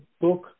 book